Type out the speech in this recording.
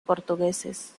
portugueses